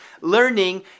learning